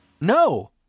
No